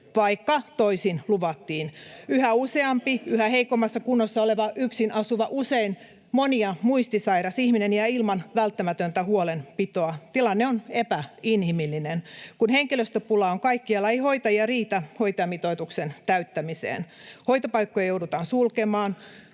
parempaan suuntaan!] Yhä useampi yhä heikommassa kunnossa oleva yksin asuva, usein moni- ja muistisairas ihminen jää ilman välttämätöntä huolenpitoa. Tilanne on epäinhimillinen. Kun henkilöstöpula on kaikkialla, ei hoitajia riitä hoitajamitoituksen täyttämiseen. Hoitopaikkoja joudutaan sulkemaan,